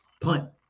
punt